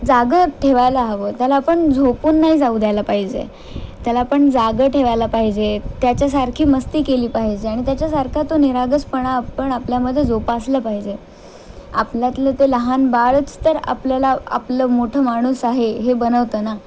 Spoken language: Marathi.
जागं ठेवायला हवं त्याला आपण झोपून नाही जाऊ द्यायला पाहिजे त्याला आपण जागं ठेवायला पाहिजे त्याच्यासारखी मस्ती केली पाहिजे आणि त्याच्यासारखा तो निरागसपणा आपण आपल्यामध्ये जोपासलं पाहिजे आपल्यातलं ते लहान बाळच तर आपल्याला आपलं मोठं माणूस आहे हे बनवतं ना